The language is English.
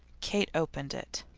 kate opened it.